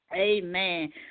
Amen